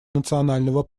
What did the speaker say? национального